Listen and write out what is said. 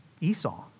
Esau